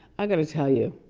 i got to tell you,